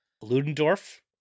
Ludendorff